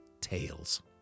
tales